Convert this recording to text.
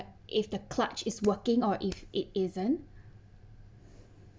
if the clutch is working or if it isn't